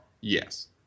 Yes